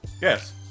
Yes